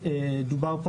בסיכום דובר על